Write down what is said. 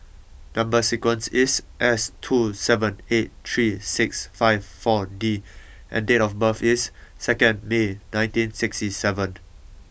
number sequence is S two seven eight three six five four D and date of birth is second May nineteen sixty seven